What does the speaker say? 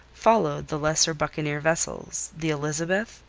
followed the lesser buccaneer vessels, the elizabeth,